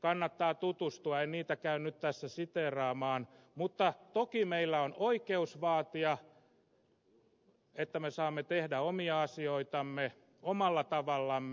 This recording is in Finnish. kannattaa tutustua en niitä käy nyt tässä siteeraamaan mutta toki meillä on oikeus vaatia että me saamme tehdä omia asioitamme omalla tavallamme